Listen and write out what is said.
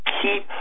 keep